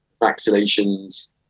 vaccinations